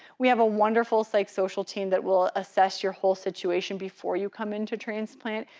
we have a wonderful psychosocial team that will assess your whole situation before you come into transplant,